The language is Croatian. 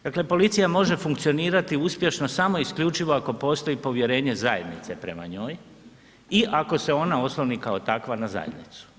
Dakle, policija može funkcionirati uspješno samo i isključivo ako postoji povjerenje zajednice prema njoj i ako se ona osloni kao takva na zajednicu.